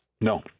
No